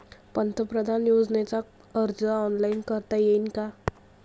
पंतप्रधान योजनेचा अर्ज ऑनलाईन करता येईन का?